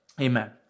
amen